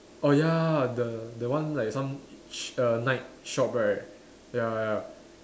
oh ya the the one like some sh~ err night shop right ya ya